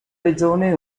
regione